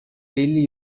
elli